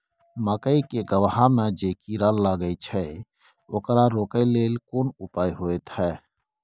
मकई के गबहा में जे कीरा लागय छै ओकरा रोके लेल कोन उपाय होय है?